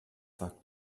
sagt